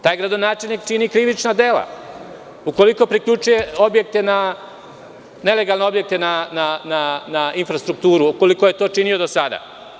Taj gradonačelnik čini krivična dela ukoliko priključuje objekte na infrastrukturu i ukoliko je to činio do sada.